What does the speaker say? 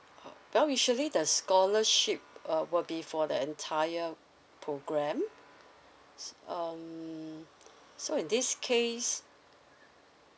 orh well usually the scholarship uh will be for the entire programme s~ um so in this case